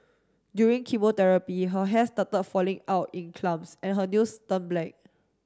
during chemotherapy her hair start falling out in clumps and her nails turn black